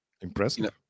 Impressive